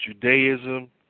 Judaism